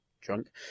drunk